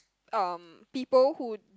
um people who